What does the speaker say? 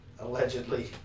Allegedly